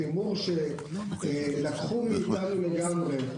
שלקחו מאתנו לגמרי.